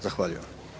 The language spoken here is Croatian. Zahvaljujem.